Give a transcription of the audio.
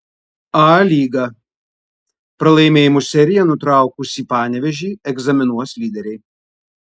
a lyga pralaimėjimų seriją nutraukusį panevėžį egzaminuos lyderiai